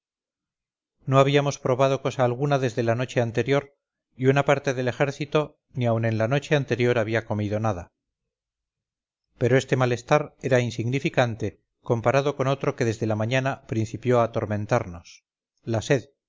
no habíamos probado cosa alguna desde la noche anterior y una parte del ejército ni aun en la noche anterior había comido nada pero este malestar era insignificante comparado con otro que desde la mañana principió a atormentarnos la sed